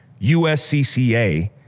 USCCA